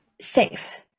safe